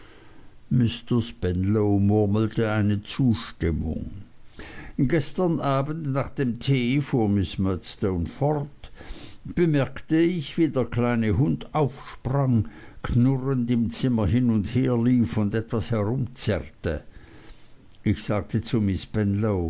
spenlow murmelte eine zustimmung gestern abends nach dem tee fuhr miß murdstone fort bemerkte ich wie der kleine hund aufsprang knurrend im zimmer hin und her lief und etwas herumzerrte ich sagte zu